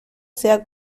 sea